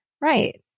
Right